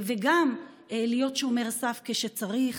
וגם להיות שומר סף כשצריך.